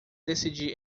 decidir